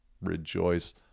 rejoice